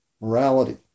morality